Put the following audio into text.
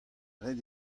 ret